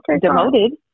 demoted